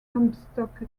comstock